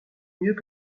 mieux